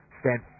stand